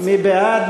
מי בעד?